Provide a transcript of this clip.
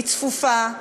היא צפופה,